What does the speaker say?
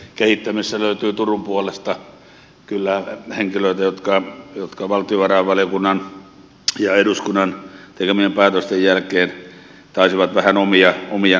siinä löytyy turun puolesta kyllä henkilöitä jotka valtiovarainvaliokunnan ja eduskunnan tekemien päätösten jälkeen taisivat vähän omia niitä hankkeita